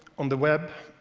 on the web,